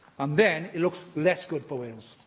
and then it looks less good for wales,